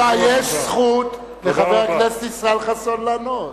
רבותי, יש לחבר הכנסת ישראל חסון זכות לענות.